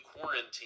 quarantine